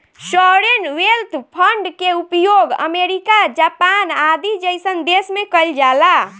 sovereign wealth fund के उपयोग America Japan आदि जईसन देश में कइल जाला